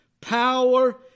power